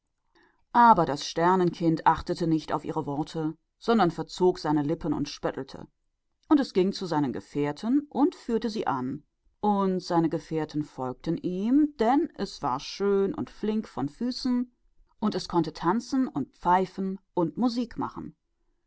aber das sternenkind kümmerte sich nicht um solche worte sondern runzelte die stirn und spottete und ging zu seinen genossen zurück und führte sie und seine genossen folgten ihm denn es war schön und schnellfüßig und konnte tanzen und flöten und musik machen